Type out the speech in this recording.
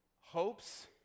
hopes